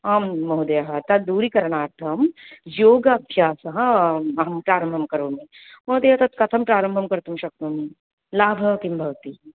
आं महोदय तद् दूरीकरणार्थं योगाभ्यासः अहं प्रारम्भं करोमि महोदय तत् कथं प्रारम्भं कर्तुं शक्नोमि लाभः किं भवति